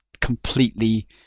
completely